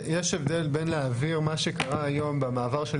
יש הבדל בין להעביר מה שקרה היום במעבר של